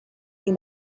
you